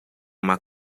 uma